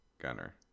Gunner